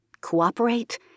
Cooperate